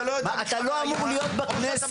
אתה לא אמור להיות בכנסת.